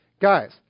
Guys